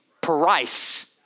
price